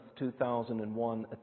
2001